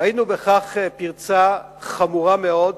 ראינו בכך פרצה חמורה מאוד,